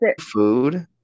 Food